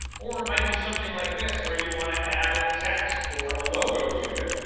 or it might be something like this where you wanna add text or a logo to it.